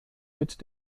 mit